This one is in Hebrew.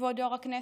כבוד יו"ר הכנסת,